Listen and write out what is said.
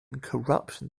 corruption